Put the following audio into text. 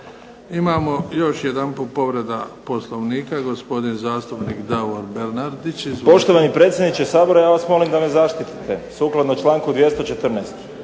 Imamo još jedanput povreda Poslovnika, gospodin zastupnik Davor Bernardić. **Bernardić, Davor (SDP)** Poštovani predsjedniče Sabora ja vas molim da me zaštitite sukladno čl. 214.